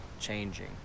changing